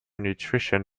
nutrition